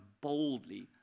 boldly